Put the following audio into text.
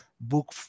book